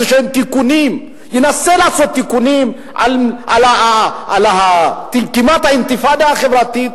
ינסה לעשות תיקונים כלשהם בגלל הכמעט-אינתיפאדה החברתית